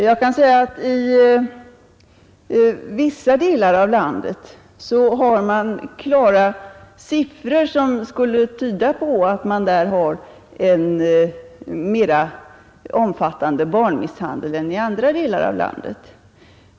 Jag kan säga att i vissa delar av landet har man klara siffror som skulle tyda på en mera omfattande barnmisshandel där än i andra delar av landet.